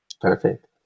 Perfect